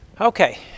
okay